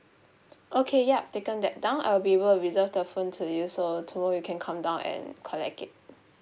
okay yup taken that down I will be able to reserve the phone to you so tomorrow you can come down and collect it